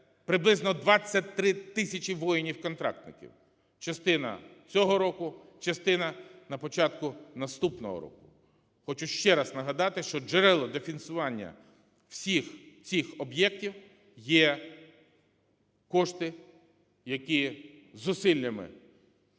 приблизно 23 тисячі воїнів-контрактників. Частина цього року, частина – на початку наступного року. Хочу ще раз нагадати, що джерелами для фінансування всіх цих об'єктів є кошти, які зусиллями